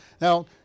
Now